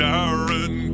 Darren